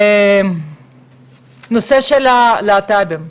הנושא של הלהט"בים,